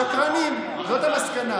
שקרנים, זו המסקנה.